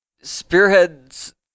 Spearheads